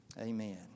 Amen